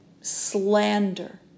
slander